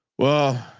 well.